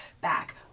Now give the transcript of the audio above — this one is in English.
back